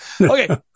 Okay